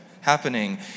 happening